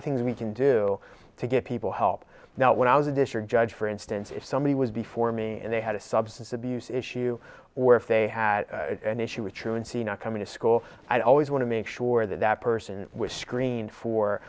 of things we can do to get people help now when i was a dish or judge for instance if somebody was before me and they had a substance abuse issue or if they had an issue with truancy not coming to school i'd always want to make sure that that person was screened for